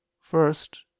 First